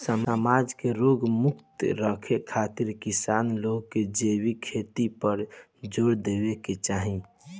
समाज के रोग मुक्त रखे खातिर किसान लोग के जैविक खेती पर जोर देवे के चाही